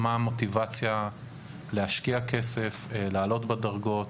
מהי המוטיבציה להשקיע כסף ולעלות בדרגות?